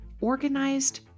organized